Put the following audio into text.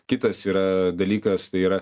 kitas yra dalykas tai yra